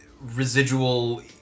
residual